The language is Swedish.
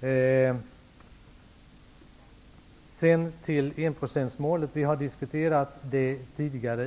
Vi har tidigare i biståndsdebatten diskuterat enprocentsmålet.